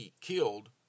killed